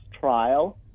trial